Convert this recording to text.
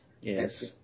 Yes